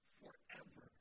forever